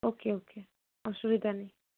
ওকে okay অসুবিধা নেই